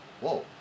whoa